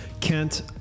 Kent